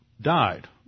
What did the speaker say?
died